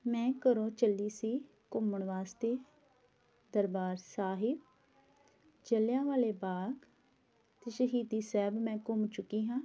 ਮੈਂ ਘਰੋਂ ਚੱਲੀ ਸੀ ਘੁੰਮਣ ਵਾਸਤੇ ਦਰਬਾਰ ਸਾਹਿਬ ਜਲ੍ਹਿਆਂਵਾਲੇ ਬਾਗ ਅਤੇ ਸ਼ਹੀਦੀ ਸਾਹਿਬ ਮੈਂ ਘੁੰਮ ਚੁੱਕੀ ਹਾਂ